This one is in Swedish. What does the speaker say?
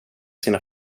sina